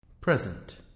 Present